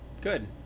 good